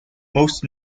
most